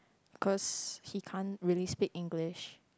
cause he can't really speak English